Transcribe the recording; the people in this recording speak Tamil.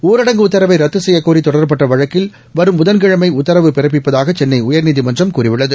ஊரடங்கு உத்தரவை ரத்து செய்யக்கோரி தொடரப்பட்ட வழக்கில் வரும் புதன்கிழமை உத்தரவு பிறப்பிப்பதாக சென்னை உயர்நீதிமன்றம் கூறியுள்ளது